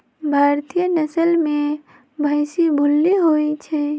भारतीय नसल में भइशी भूल्ली होइ छइ